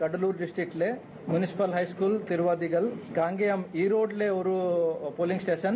கடலார் டிஸ்டிக்ல முனிசிபல் லை ஸ்கூல் திருவதிகை காங்கேயம் ஈரோட்ல ஒரு போலிங் ஸ்டேஷன்